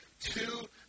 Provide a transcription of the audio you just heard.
two